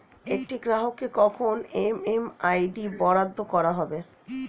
একটি গ্রাহককে কখন এম.এম.আই.ডি বরাদ্দ করা হবে?